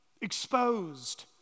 exposed